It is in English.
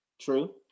True